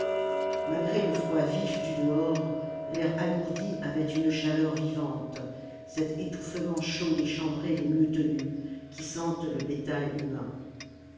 malgré le froid vif du dehors l'air alourdi avait une chaleur vivante cet étouffement chaud des chambrées les mieux tenues qui sentent le bétail humain